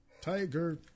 Tiger